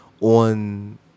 on